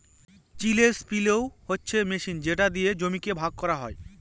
chisel পিলও হচ্ছে machine যেটা দিয়ে জমিকে ভাগ করা হয়